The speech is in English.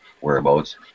whereabouts